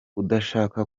udashaka